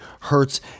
hurts